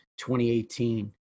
2018